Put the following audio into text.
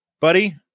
buddy